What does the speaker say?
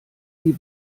die